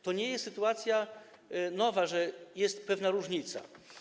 To nie jest sytuacja nowa, że jest pewna różnica.